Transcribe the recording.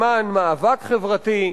למען מאבק חברתי,